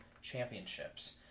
Championships